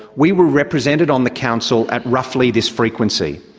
we were represented on the council at roughly this frequency.